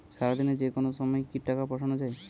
সারাদিনে যেকোনো সময় কি টাকা পাঠানো য়ায়?